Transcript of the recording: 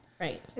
Right